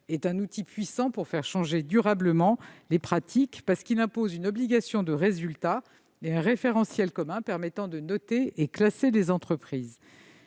est un outil puissant pour faire changer durablement les pratiques, parce qu'il impose une obligation de résultat et un référentiel commun permettant de noter et de classer les entreprises.